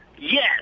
Yes